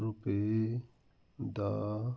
ਰੁਪਏ ਦਾ